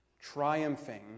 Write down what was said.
triumphing